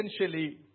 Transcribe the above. essentially